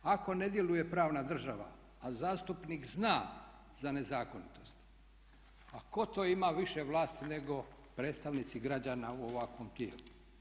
Ako ne djeluje pravna država, a zastupnik zna za nezakonitost, a tko to ima više vlasti nego predstavnici građana u ovakvom tijelu?